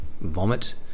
vomit